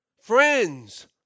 Friends